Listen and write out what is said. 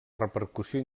repercussió